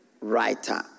writer